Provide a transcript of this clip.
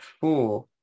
four